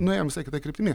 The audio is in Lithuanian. nuėjom visai kita kryptimi